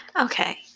Okay